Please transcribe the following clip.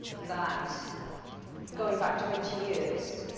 that going back twenty years,